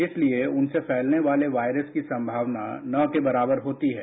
इसलिए उनसे फैलने वाले वायरस की संभावना न के बराबर होती है